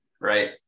Right